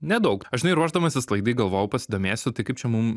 nedaug aš žinai ruošdamasis laidai galvojau pasidomėsiu tai kaip čia mum